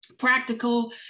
practical